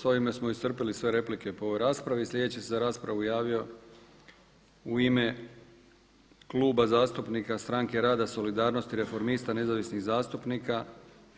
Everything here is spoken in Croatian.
S ovime smo iscrpili sve replike po ovoj raspravi i slijedeći se za raspravu javio u ime Kluba zastupnika Stranke rada Solidarnosti, i Reformista, Nezavisnih zastupnika